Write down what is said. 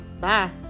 Bye